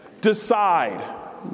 decide